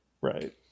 Right